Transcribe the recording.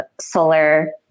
solar